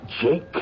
Jake